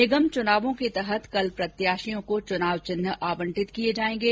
निगम चुनावों के तहत कल प्रत्याशियों को चुनाव चिन्ह आवंटित किए जाएंगे